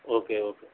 okay okay